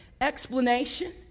explanation